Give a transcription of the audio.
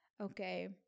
okay